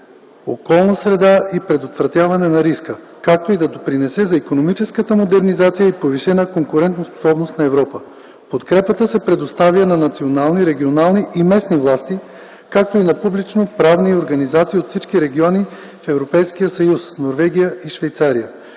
околна среда и предотвратяване на риска, както и да допринесе за икономическата модернизация и повишена конкурентоспособност на Европа. Подкрепата се предоставя на национални, регионални и местни власти, както и на публично-правни организации от всички региони на Европейския съюз, Норвегия и Швейцария.